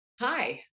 hi